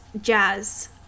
Jazz